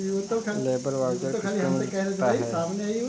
Labour voucher किसको मिल सकता है?